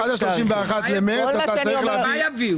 עד ה-31 במרץ אתה צריך להביא